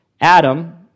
Adam